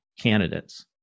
candidates